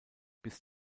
bis